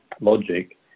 logic